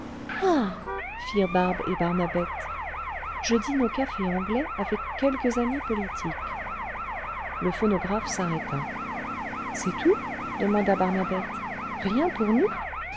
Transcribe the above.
barbe et barnabette le vingtième siècle je dîne au café anglais avec quelques amies politiques le phonographe s'arrêta c'est tout demanda barnabette rien pour nous